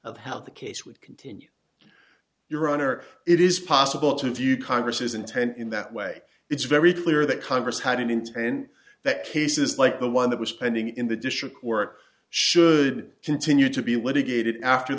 of how the case would continue your honor it is possible to view congress intent in that way it's very clear that congress had intend that cases like the one that was pending in the district court should continue to be litigated after